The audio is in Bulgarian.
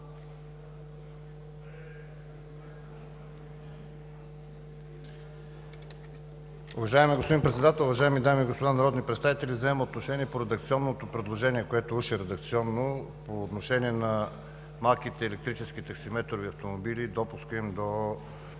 Уважаеми господин Председател, уважаеми колеги народни представители! Взимам отношение по редакционното предложение, което уж е редакционно по отношение на малките електрически таксиметрови автомобили и допуска им до